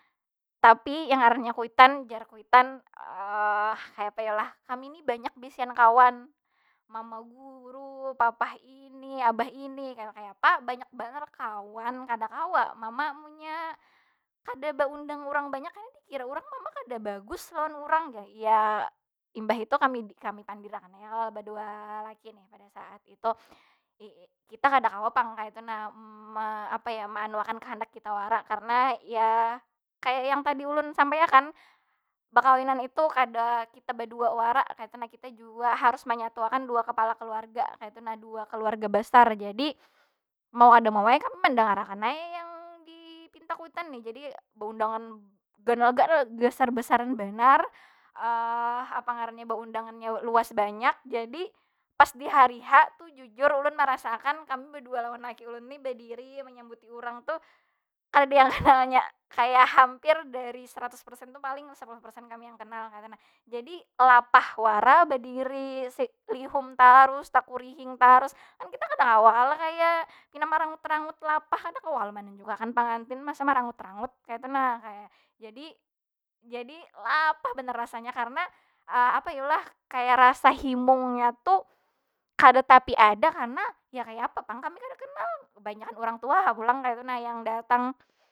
Tapi yang ngarannya kuitan, jar kuitan kayapa yo lah? Kami ni banyak bisian kawan, mama guru, papah ini, abah ini, kayapa banyak banar kawan. Kada kawa mama munya kada beundang urang banyak, kena dikira urang mama kada bagus lawan urang jar. Ya imbah itu kami- kami pandir akan ai ya kalo badua laki nih pada saat itu. kita kada kawa pang kaytu nah meanuakan kahandak kita wara. Karena ya kaya yang tadi ulun sampai akan, bakawinan itu kada kita badua wara kaytu nah. Kita jua harus menyatuakan dua kapala keluarga kaytu nah. Dua keluarga besar, jadi mau kada mau ai kami mendangar akan ai yang dipinta kuitan nih. Jadi, baundangan ganal- ganal, besar- besaran banar apa ngarannya baundangannya luas banyak, jadi pas di hari h tu jujur ulun merasa akan kami badua lawan laki ulun ni bediri menyambuti urang tuh, kadada yang kanal nya. Kaya hampir dari seratus persen tuh paling sepuluh persen kami yang kenal kaytu nah. Jadi, lapah wara bediri lihum tarus, takurihing tarus. Kan kita kada kawa kalo kaya pina merangut- rangut lapah. Kada kawa lo manunjuk akan pengantin masa merangut- rangut kaytu nah ai. Jadi- jadi lapah banar rasanya karna apa yu lah? Kaya rasa himungnya tu kada tapi ada karna ya kaya apa pang kami kada kenal. Kebanyakan urang tuha ha pulang kaytu na yang datang.